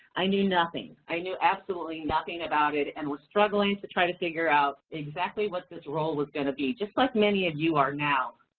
i knew nothing, i knew absolutely nothing about it and was struggling to try to figure out exactly what this role was gonna be, just like many of you are now.